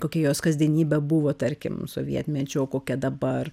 kokia jos kasdienybė buvo tarkim sovietmečiu o kokia dabar